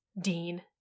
Dean